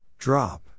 Drop